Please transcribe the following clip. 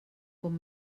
com